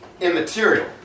Immaterial